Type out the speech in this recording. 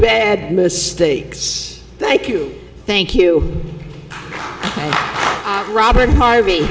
bad mistakes thank you thank you robert harvey